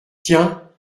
tiens